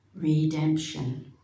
redemption